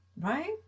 Right